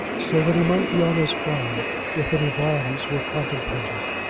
so that he might be on his guard if any violence were contemplated.